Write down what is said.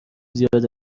زیاد